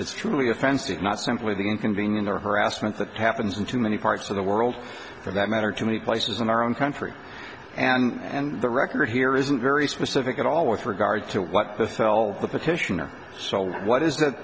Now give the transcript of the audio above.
it's truly offensive not simply the inconvenience or harassment that happens in too many parts of the world for that matter too many places in our own country and the record here isn't very specific at all with regard to what the cell the petitioner so what is that